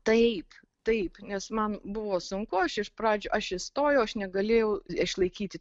taip taip nes man buvo sunku aš iš pradžių aš įstojau aš negalėjau išlaikyti